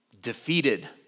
defeated